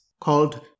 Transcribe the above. called